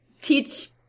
teach